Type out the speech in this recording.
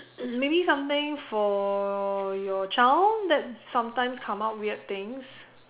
maybe something for your child that sometimes come out weird things